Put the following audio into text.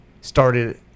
started –